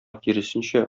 киресенчә